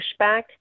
pushback